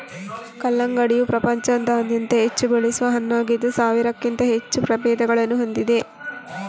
ಕಲ್ಲಂಗಡಿಯು ಪ್ರಪಂಚಾದ್ಯಂತ ಹೆಚ್ಚು ಬೆಳೆಸುವ ಹಣ್ಣಾಗಿದ್ದು ಸಾವಿರಕ್ಕಿಂತ ಹೆಚ್ಚು ಪ್ರಭೇದಗಳನ್ನು ಹೊಂದಿದೆ